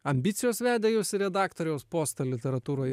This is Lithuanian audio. ambicijos vedė jus į redaktoriaus postą literatūroj